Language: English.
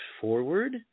forward